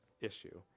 issue